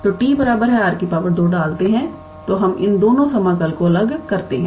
तो𝑡 𝑟 2 डालते हैं और हम इन दोनों समाकल को अलग करते हैं